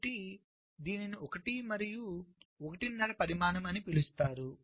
కాబట్టి దీనిని 1 మరియు ఒకటిన్నర పరిమాణం అని పిలుస్తారు